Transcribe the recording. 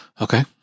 Okay